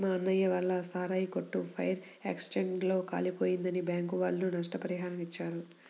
మా అన్నయ్య వాళ్ళ సారాయి కొట్టు ఫైర్ యాక్సిడెంట్ లో కాలిపోయిందని బ్యాంకుల వాళ్ళు నష్టపరిహారాన్ని ఇచ్చారు